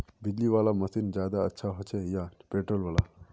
बिजली वाला मशीन ज्यादा अच्छा होचे या पेट्रोल वाला?